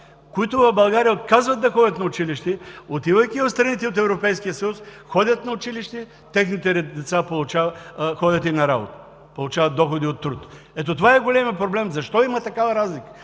които в България отказват да ходят на училище, отивайки в страните от Европейския съюз, ходят на училище, техните родители ходят и на работа, получават доходи от труд. Ето това е големият проблем – защо има такава разлика?